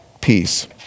peace